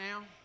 now